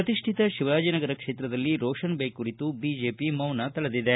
ಪ್ರತಿಷ್ಠಿತ ಶಿವಾಜಿನಗರ ಕ್ಷೇತ್ರದಲ್ಲಿ ರೋಷನ್ ಬೇಗ್ ಕುರಿತು ಬಿಜೆಪಿ ಮೌನ ತಳೆದಿದೆ